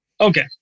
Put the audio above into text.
Okay